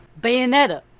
Bayonetta